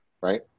right